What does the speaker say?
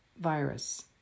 virus